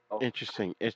Interesting